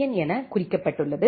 என் என குறிக்கப்பட்டுள்ளது